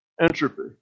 entropy